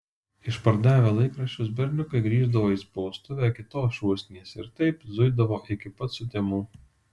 išpardavę laikraščius berniukai grįždavo į spaustuvę kitos šūsnies ir taip zuidavo iki pat sutemų